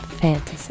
fantasy